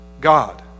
God